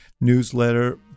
newsletter